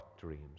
dreams